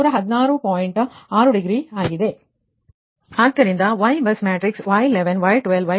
ಆದ್ದರಿಂದ ನೀವು Y bus matrix Y11Y12 Y13 ಅನ್ನು ರಚಿಸುತ್ತೀರಿ